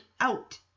out